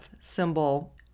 symbol